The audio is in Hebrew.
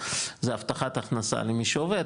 זה הבטחת הכנסה למי שעובד,